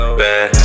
bad